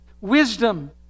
wisdom